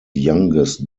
youngest